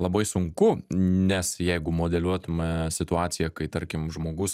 labai sunku nes jeigu modeliuotume situaciją kai tarkim žmogus